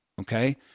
okay